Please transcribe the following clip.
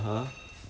but then